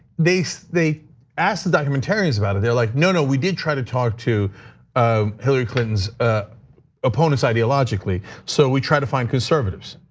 they so they asked the documentarians about it, they're like, no, no, we did try to talk to um hillary clinton's opponents ideologically, so we try to find conservatives.